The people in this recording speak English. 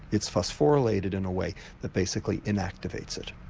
it's phosphorylated in a way that basically inactivates it,